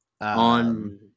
on